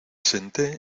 senté